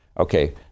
Okay